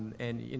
and, you know,